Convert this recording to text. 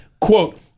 quote